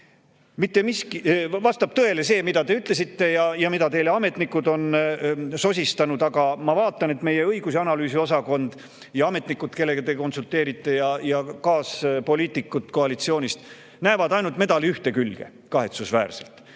lahendada. Vastab tõele see, mida te ütlesite ja mida teile ametnikud on sosistanud, aga ma vaatan, et meie õigus‑ ja analüüsiosakond ja ametnikud, kellega te konsulteerite, ning kaaspoliitikud koalitsioonist näevad kahetsusväärselt